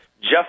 Jeff